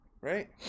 Right